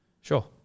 sure